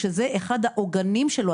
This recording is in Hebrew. שזה אחד העוגנים שלו,